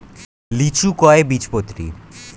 লিচু কয় বীজপত্রী?